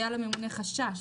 היה לממונה חשש